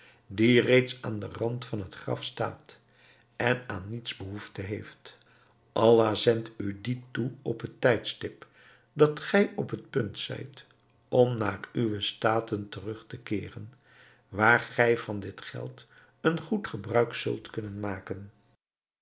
die reeds aan den rand van het graf staat en aan niets behoefte heeft allah zendt u dien toe op het tijdstip dat gij op het punt zijt om naar uwe staten terug te keeren waar gij van dit geld een goed gebruik zult kunnen maken